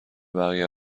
بقیه